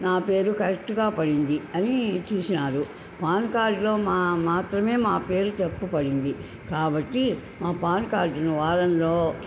నా పేరు కరెక్ట్గా పడింది అని చూసారు పాన్కార్డులో మా మాత్రమే మా పేరు తప్పుపడింది కాబట్టి మా పాన్కార్డును వారంలో